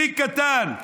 תיק קטן.